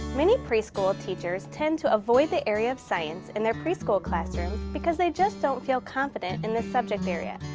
many pre-school teachers tend to avoid the area of science in their pre-school classrooms because they just don't feel confident in the subject area.